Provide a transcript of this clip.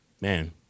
Man